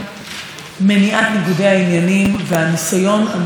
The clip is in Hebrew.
לתחוב ידיים לתוך התקשורת הישראלית הפלורליסטית.